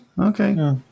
okay